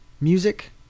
music